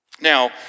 Now